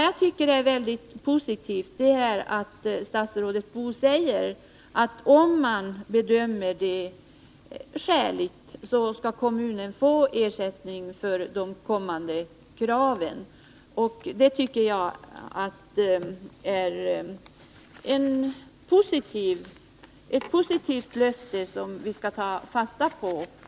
Jag tycker det är mycket positivt när statsrådet Boo säger att kommunen om man bedömer det skäligt, skall få ersättning för de kommande kraven. Det är ett positivt löfte som vi skall ta fasta på.